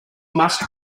must